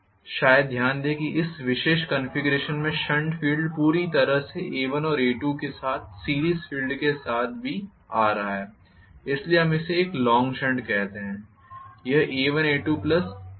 कृपया ध्यान दें कि इस विशेष कॉन्फ़िगरेशन में शंट फ़ील्ड पूरी तरह से A1और A2 के साथ साथ सीरीस फ़ील्ड के साथ भी आ रहा है इसलिए हम इसे एक लॉंग शंट कहते हैं यह A1A2प्लस FS1FS2 के पार आ रहा है